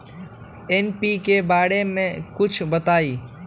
NPK बारे म कुछ बताई?